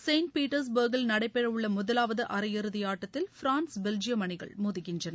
Saint பீட்டர்ஸ்பர்கில் நடைபெறவுள்ள முதலாவது அரையிறுதி ஆட்டத்தில் பிரான்ஸ் பெல்ஜியம் அணிகள் மோதுகின்றன